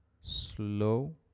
slow